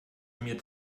mir